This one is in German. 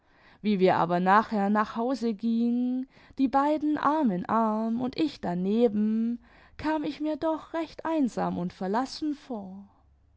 wie wir aber nachher nach hause gingen die beiden arm in arm und ich daneben kam ich mir doch recht einsam imd verlassen vor